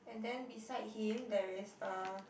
and then beside him there is a